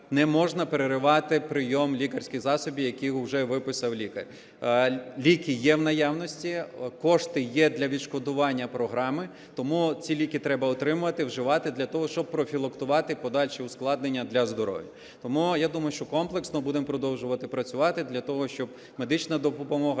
не можна переривати прийом лікарських засобів, які уже виписав лікар. Ліки є в наявності, кошти є для відшкодування програми, тому ці ліки треба отримувати, вживати для того, щоб профілактувати подальші ускладнення для здоров'я. Тому я думаю, що комплексно будемо продовжувати працювати для того, щоб медична допомога